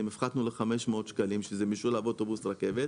הפחתנו ל- 500 שקלים שזה משולב אוטובוס רכב,